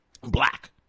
black